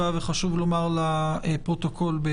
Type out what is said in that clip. חשוב לומר לפרוטוקול שאנחנו פותחים את הישיבה